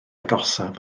agosaf